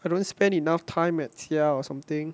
I don't spend enough time at this or something